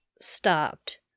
stopped